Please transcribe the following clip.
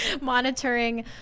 monitoring